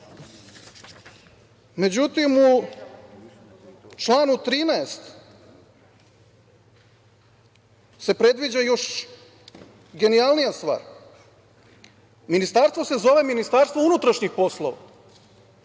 amandman.Međutim, u članu 13. se predviđa još genijalnija stvar. Ministarstvo se zove Ministarstvo unutrašnjih poslova,